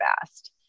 fast